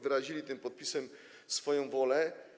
Wyrazili tym podpisem swoją wolę.